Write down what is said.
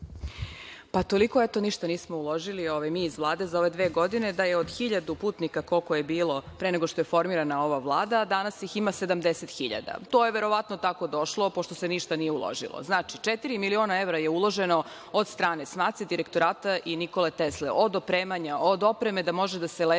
Pa, toliko ništa nismo uložili mi iz Vlade za ove dve godine da je od 1.000 putnika koliko je bilo pre nego što je formirana ova Vlada, danas ih ima 70.000. To je verovatno tako došlo pošto se ništa nije uložilo. Znači, četiri miliona evra je uloženo od strane SMATSA, Direktorata i „Nikole Tesle“, od opremanja, od opreme da može da se leti,